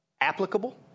applicable